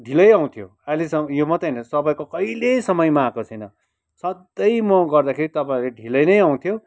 ढिलै आउँथ्यो अहिलेसम्म यो मात्रै होइन तपाईँको कहिले समयमा आएको छैन सधैँ म गर्दाखेरि तपाईँहरू ढिलै नै आउँथ्यो